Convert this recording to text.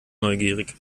neugierig